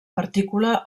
partícula